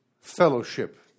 fellowship